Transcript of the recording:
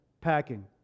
packing